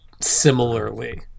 similarly